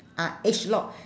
ah age lock